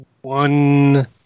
one